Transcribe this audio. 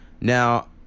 now